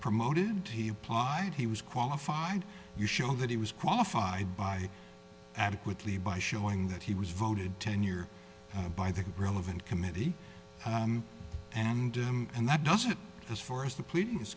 promoted he applied he was qualified you show that he was qualified by adequately by showing that he was voted tenured by the relevant committee and i'm and that doesn't as far as the pleading is